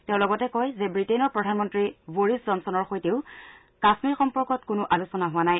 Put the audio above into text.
তেওঁ লগতে কয় যে ৱিটেইনৰ প্ৰধানমন্ত্ৰী বৰিছ জংছনৰ সৈতেও কাশ্মীৰ সম্পৰ্কত কোনো আলোচনা হোৱা নাই